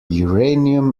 uranium